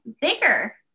bigger